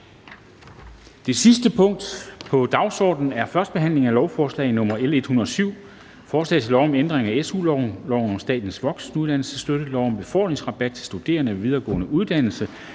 Det sidste punkt på dagsordenen er: 11) 1. behandling af lovforslag nr. L 107: Forslag til lov om ændring af SU-loven, lov om statens voksenuddannelsesstøtte, lov om befordringsrabat til studerende ved videregående uddannelser